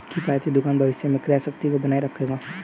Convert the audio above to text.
किफ़ायती दुकान भविष्य में क्रय शक्ति को बनाए रखेगा